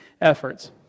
efforts